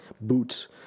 boots